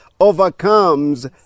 overcomes